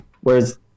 whereas